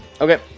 okay